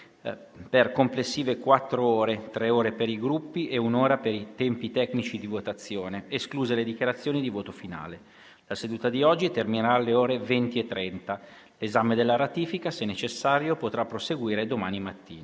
per complessive quattro ore: tre ore per i Gruppi e un'ora per i tempi tecnici di votazione, escluse le dichiarazioni di voto finale. La seduta di oggi terminerà alle ore 20,30. L'esame della ratifica, se necessario, potrà proseguire domani mattina.